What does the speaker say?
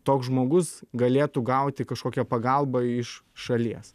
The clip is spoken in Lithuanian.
toks žmogus galėtų gauti kažkokią pagalbą iš šalies